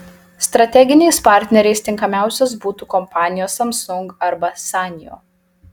strateginiais partneriais tinkamiausios būtų kompanijos samsung arba sanyo